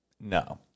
No